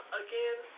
again